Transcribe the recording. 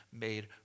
made